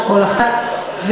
או קול אחת?